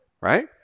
right